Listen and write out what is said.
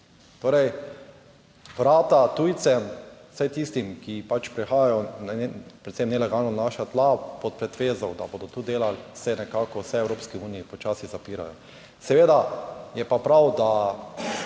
Torej vrata tujcem, vsaj tistim, ki pač prihajajo predvsem nelegalno na naša tla, pod pretvezo, da bodo tu delali se nekako vse v Evropski uniji, počasi zapirajo. Seveda je pa prav, da